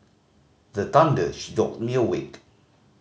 the thunder jolt me awake